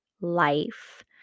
life